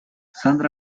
sandra